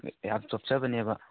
ꯌꯥꯝ ꯆꯣꯞꯆꯕꯅꯦꯕ